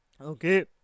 Okay